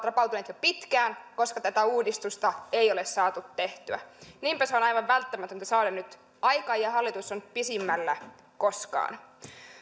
rapautuneet jo pitkään koska tätä uudistusta ei ole saatu tehtyä niinpä se on aivan välttämätöntä saada nyt aikaan ja hallitus on pisimmällä koskaan